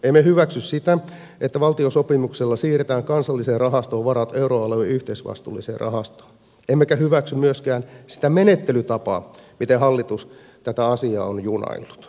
emme hyväksy sitä että valtiosopimuksella siirretään kansallisen rahaston varat euroalueen yhteisvastuulliseen rahastoon emmekä hyväksy myöskään sitä menettelytapaa miten hallitus tätä asiaa on junaillut